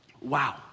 Wow